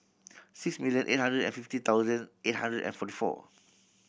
six million eight hundred and fifty thousand eight hundred and forty four